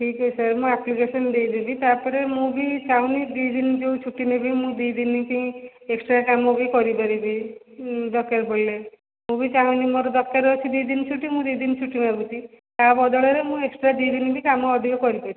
ଠିକ୍ ଅଛି ସାର୍ ମୁଁ ଆପ୍ଲିକେସନ ଦେଇଦେବି ତାପରେ ମୁଁ ବି ଚାଁହୁନି ଦୁଇ ଦିନ ଯେଉଁ ଛୁଟି ନେବି ମୁଁ ଦୁଇ ଦିନ କି ଏକ୍ସଟ୍ରା କାମ ବି କରିପାରିବି ଦରକାର ପଡ଼ିଲେ ମୁଁ ବି ଚାଁହୁନି ମୋର ଦରକାର ଅଛି ଦୁଇ ଦିନ ଛୁଟି ମୁଁ ଦୁଇ ଦିନ ଛୁଟି ମାଗୁଛି ତା ବଦଳରେ ବି ମୁଁ ଏକ୍ସଟ୍ରା ଦୁଇ ଦିନ ବି କାମ ଅଧିକ କରିପାରିବି